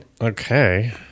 Okay